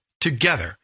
Together